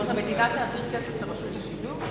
זאת אומרת, המדינה תעביר כסף לרשות השידור?